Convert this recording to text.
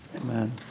Amen